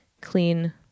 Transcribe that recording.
clean